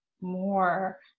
more